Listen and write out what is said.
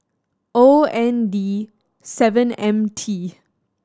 O N D seven M T